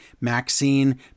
Maxine